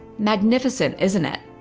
magnificent isn't it?